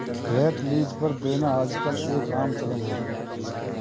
flat lease पर देना आजकल एक आम चलन है